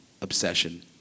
obsession